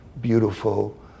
beautiful